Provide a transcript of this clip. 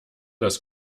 das